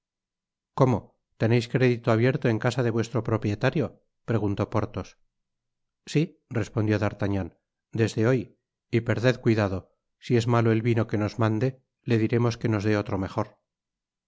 cómo tenéis crédito abierto en casa de vuestro propietario preguntó porthos sí respondió d'artagnan desde hoy y perded cuidado si es malo el vi no que nos mande le diremos que nos dé otro mejor